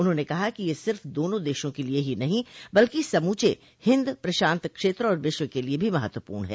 उन्होंने कहा कि यह सिर्फ दोनों देशों के लिए ही नहीं बल्कि समूचे हिन्द प्रशान्त क्षेत्र और विश्व के लिए भी महत्वपूर्ण है